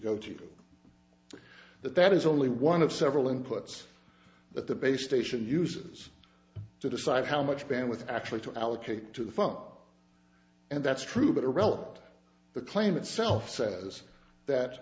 go to that that is only one of several inputs that the base station uses to decide how much bandwidth actually to allocate to the phone and that's true but irrelevant the claim itself says that